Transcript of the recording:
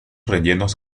rellenos